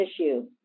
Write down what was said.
issue